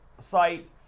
site